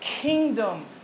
kingdom